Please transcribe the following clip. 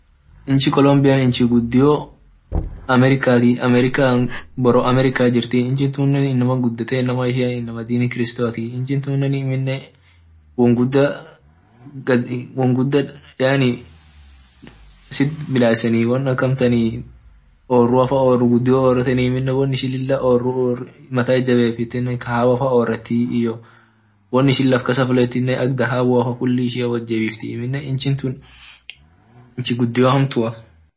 Inchi colombia inchi gudio americati boro america jirti inchi tunne gudete inama ishia inama dini kristoati inchi tunne amine wonguda kasit midasenii orru gudio oreti amine won ishine mata itjabefet kahawa won ishin lafkasa fudetine ak dahabu faa amine inchi tunn inchi gudio hamtua.